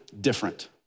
different